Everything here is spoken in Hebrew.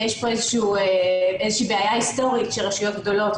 ויש פה איזושהי בעיה היסטורית של רשויות גדולות,